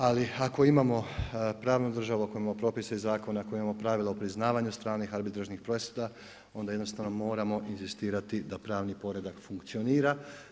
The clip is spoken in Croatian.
Ali ako imamo pravnu državu, ako imamo propise i zakone, ako imamo pravila o priznavanju stranih arbitražnih presuda onda jednostavno moramo inzistirati da pravni poredak funkcionira.